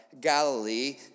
Galilee